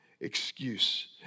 excuse